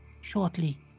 Shortly